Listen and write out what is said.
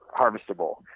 harvestable